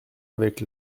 avec